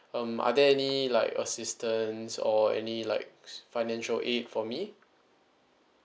um are there any like assistance or any like financial aid for me